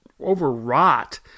overwrought